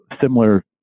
similar